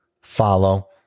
follow